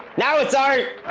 now it's art!